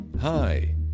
Hi